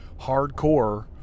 hardcore